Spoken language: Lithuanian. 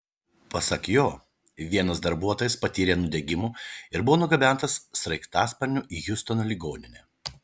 pasak jo vienas darbuotojas patyrė nudegimų ir buvo nugabentas sraigtasparniu į hjustono ligoninę